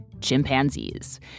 chimpanzees